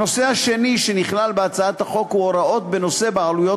הנושא השני שנכלל בהצעת החוק הוא הוראות בנושא בעלויות